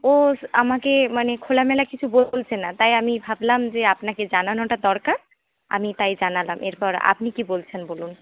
ও আমাকে মানে খোলামেলা কিছু বলছে না তাই আমি ভাবলাম যে আপনাকে জানানোটা দরকার আমি তাই জানালাম এরপর আপনি কি বলছেন বলুন